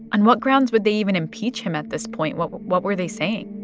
on what grounds would they even impeach him at this point? what what were they saying?